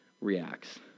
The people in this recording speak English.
reacts